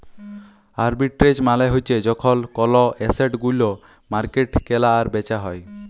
arbitrage মালে হ্যচ্যে যখল কল এসেট ওল্য মার্কেটে কেলা আর বেচা হ্যয়ে